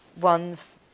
ones